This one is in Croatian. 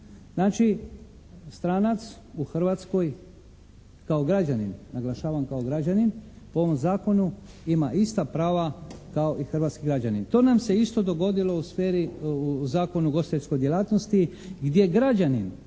Znači stranac u Hrvatskoj kao građanin, naglašavam kao građanin, po ovom zakonu ima ista prava kao i hrvatski građanin. To nam se isto dogodilo u Zakonu o ugostiteljskoj djelatnosti, gdje građanin,